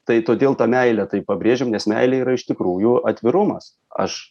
tai todėl ta meilė tai pabrėžiam nes meilė yra iš tikrųjų atvirumas aš